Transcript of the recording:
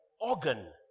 organ